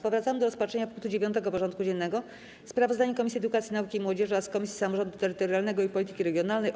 Powracamy do rozpatrzenia punktu 9. porządku dziennego: Sprawozdanie Komisji Edukacji, Nauki i Młodzieży oraz Komisji Samorządu Terytorialnego i Polityki Regionalnej o: